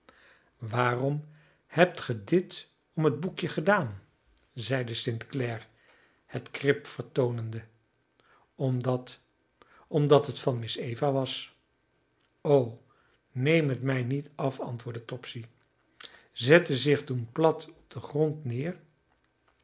waarom hebt ge dit om het boekje gedaan zeide st clare het krip vertoonende omdat omdat het van miss eva was o neem het mij niet af antwoordde topsy zette zich toen plat op den grond neer